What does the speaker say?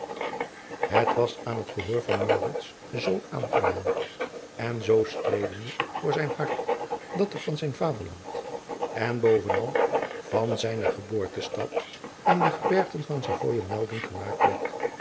het was aan het gehoor van maurits zoo aangenaam en zoo streelende voor zijn hart dat er van zijn vaderland en bovenal van zijne geboortestad in de gebergten van savoye melding gemaakt werd